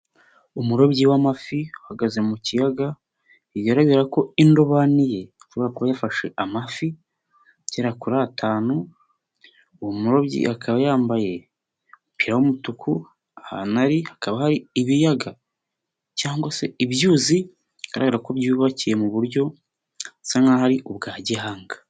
Umurobyi w'amafi, ugaze mu kiyaga, bigaragara ko indobani ye ishobora kuba yafashe amafi, agera kuri atanu, uwo murobyi akaba yambaye umupira w'umutuku, ahantu ari hakaba hari ibiyaga cyangwa se ibyuzi, bigaragara ko byubakiye mu buryo busa nkaho ari ubwa gihanga.